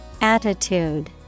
Attitude